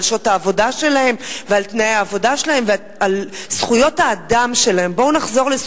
שעות העבודה שלהם ועל תנאי העבודה שלהם ועל זכויות האדם שלהם.